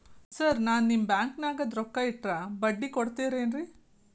Sir ನಾನು ನಿಮ್ಮ ಬ್ಯಾಂಕನಾಗ ರೊಕ್ಕ ಇಟ್ಟರ ಬಡ್ಡಿ ಕೊಡತೇರೇನ್ರಿ?